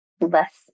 less